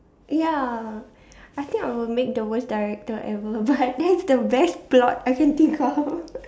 ya I think I will make the worst director ever but that's the best plot I can think of